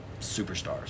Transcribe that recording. superstars